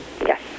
Yes